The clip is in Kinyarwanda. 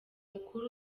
mukuru